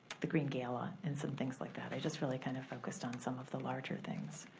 the green gala and some things like that. i just really kinda focused on some of the larger things.